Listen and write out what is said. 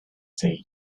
tea